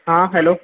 हा हैलो